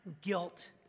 guilt